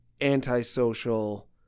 antisocial